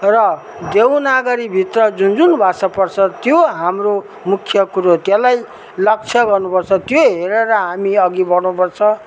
र देवनागरीभित्र जुन जुन भाषा पर्छ त्यो हाम्रो मुख्य कुरो त्यलाई लक्ष्य गर्नुपर्छ त्यो हेरेर हामी अघि बढ्नुपर्छ